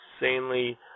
insanely